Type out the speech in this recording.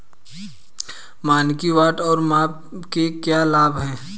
मानकीकृत बाट और माप के क्या लाभ हैं?